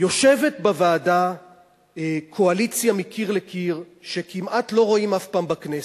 יושבת בוועדה קואליציה מקיר לקיר שכמעט לא רואים אף פעם בכנסת.